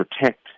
protect